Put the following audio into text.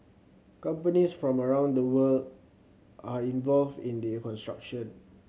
companies from around the world are involved in the construction